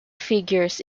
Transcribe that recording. figures